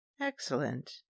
Excellent